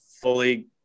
fully